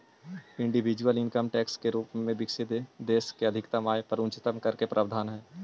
individual income tax के रूप में विकसित देश में अधिकतम आय पर उच्चतम कर के प्रावधान हई